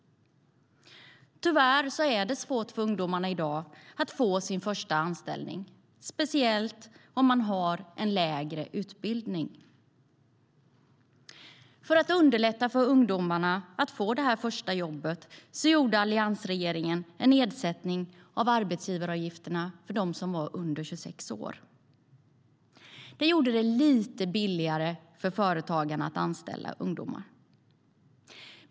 Tyvärr är det svårt för ungdomarna i dag att få sin första anställning, speciellt om de har en lägre utbildning. För att underlätta för ungdomarna att få det första jobbet sänkte alliansregeringen arbetsgivaravgifterna för dem som är under 26 år. Det gjorde det lite billigare för företagarna att anställa ungdomar.